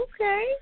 Okay